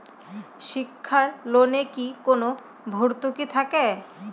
শিক্ষার লোনে কি কোনো ভরতুকি থাকে?